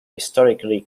historically